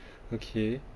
okay